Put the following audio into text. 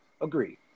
Agreed